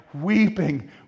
weeping